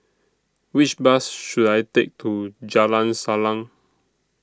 Which Bus should I Take to Jalan Salang